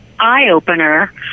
eye-opener